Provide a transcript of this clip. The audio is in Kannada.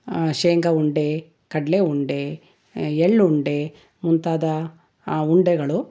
ಶೇಂಗಾ ಉಂಡೆ ಕಡಲೆ ಉಂಡೆ ಎಳ್ಳುಂಡೆ ಮುಂತಾದ ಉಂಡೆಗಳು